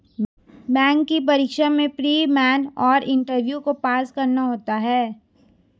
bank की परीक्षा में प्री, मेन और इंटरव्यू को पास करना होता है